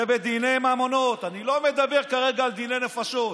זה בדיני ממונות, אני לא מדבר כרגע על דיני נפשות.